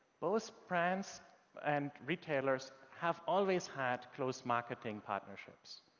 both brands and retailers have always had close marketing partnerships.